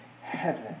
heaven